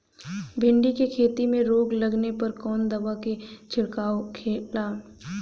भिंडी की खेती में रोग लगने पर कौन दवा के छिड़काव खेला?